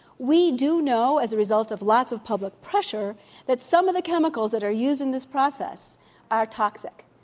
we do know as a result of lots of public pressure that some of the chemicals that are used in this process are toxic,